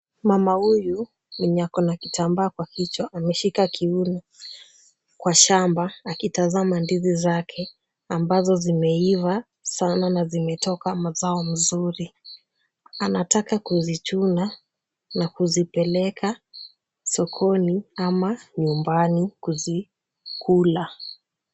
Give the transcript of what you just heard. Mama huyu mwenye ako na kitambaa kwa kichwa ameshika kiuno kwa shamba, akitazama ndizi zake ambazo zimeiva sana na zimetoka mazao mzuri. Anataka kuzichuna na kuzipeleka sokoni ama nyumbani kuzikula.